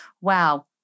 Wow